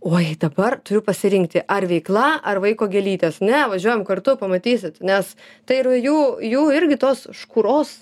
oj dabar turiu pasirinkti ar veikla ar vaiko gėlytės ne važiuojam kartu pamatysit nes tai yra jų jų irgi tos škuros